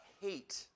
hate